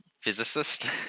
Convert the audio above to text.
physicist